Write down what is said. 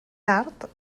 art